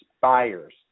buyers